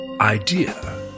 idea